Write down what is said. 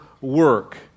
work